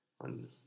on